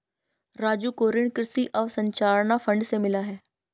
राजू को ऋण कृषि अवसंरचना फंड से मिला है